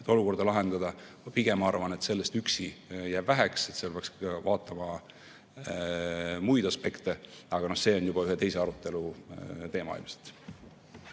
et olukorda lahendada? Ma pigem arvan, et sellest üksi jääb väheks, seal peaks vaatama muid aspekte, aga see on juba ilmselt ühe teise arutelu teema.